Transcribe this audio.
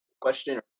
question